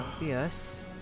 Yes